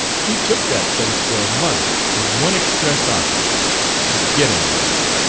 she took that place for a month with one express object to get him there,